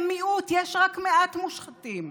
הם מיעוט, יש רק מעט מושחתים.